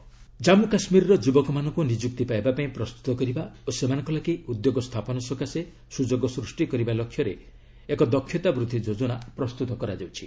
JK skill policy Jammu କାଶ୍ମୀରର ଯୁବକମାନଙ୍କୁ ନିଯୁକ୍ତି ପାଇବାପାଇଁ ପ୍ରସ୍ତୁତ କରିବା ଓ ସେମାନଙ୍କ ଲାଗି ଉଦ୍ୟୋଗ ସ୍ଥାପନ ସକାଶେ ସୁଯୋଗ ସ୍ପଷ୍ଟି କରିବା ଲକ୍ଷ୍ୟରେ ଏକ ଦକ୍ଷତା ବୃଦ୍ଧି ଯୋଜନା ପ୍ରସ୍ତୁତ କରାଯାଉଛି